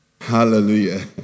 hallelujah